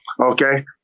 Okay